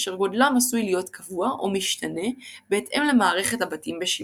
אשר גודלם עשוי להיות קבוע או משתנה בהתאם למערכת הבתים שבשימוש.